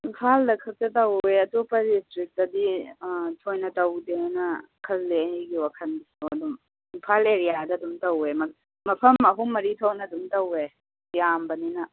ꯏꯝꯐꯥꯥꯜꯗ ꯈꯛꯇ ꯇꯧꯑꯦ ꯑꯇꯣꯄꯗ ꯗꯤꯁꯇ꯭ꯔꯤꯛꯇꯗꯤ ꯊꯣꯏꯅ ꯇꯧꯗꯦꯅ ꯈꯜꯂꯦ ꯑꯩꯒꯤ ꯋꯥꯈꯜꯗ ꯑꯗꯨꯝ ꯏꯝꯐꯥꯜ ꯑꯦꯔꯤꯌꯥꯗ ꯑꯗꯨꯝ ꯇꯧꯑꯦ ꯃꯐꯝ ꯑꯍꯨꯝ ꯃꯔꯤ ꯊꯣꯛꯅ ꯑꯗꯨꯝ ꯇꯧꯑꯦ ꯌꯥꯝꯕꯅꯤꯅ